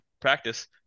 practice